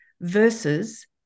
versus